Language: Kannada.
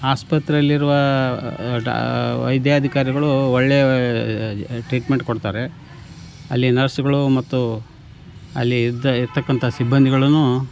ಆಸ್ಪತ್ರೆಯಲ್ಲಿರುವ ಡಾ ವೈದ್ಯಾಧಿಕಾರಿಗಳು ಒಳ್ಳೆಯ ಟ್ರೀಟ್ಮೆಂಟ್ ಕೊಡ್ತಾರೆ ಅಲ್ಲಿ ನರ್ಸ್ಗಳು ಮತ್ತು ಅಲ್ಲಿ ಇದ್ದ ಇರತಕ್ಕಂಥ ಸಿಬ್ಬಂದಿಗಳನ್ನು